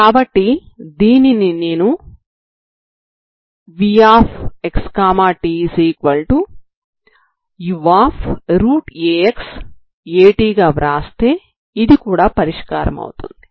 కాబట్టి దీనిని నేను vxtuaxat గా వ్రాస్తే ఇది కూడా పరిష్కారమవుతుంది